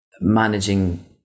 managing